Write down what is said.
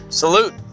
salute